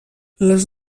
les